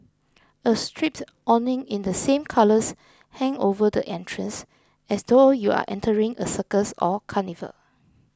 a striped awning in the same colours hang over the entrance as though you are entering a circus or carnival